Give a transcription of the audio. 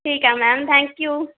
ਠੀਕ ਹੈ ma'am thank you